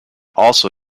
also